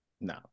no